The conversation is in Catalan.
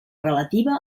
relativa